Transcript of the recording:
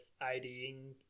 IDing